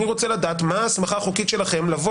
אני רוצה לדעת מה ההסמכה החוקית שלכם לבוא